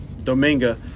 dominga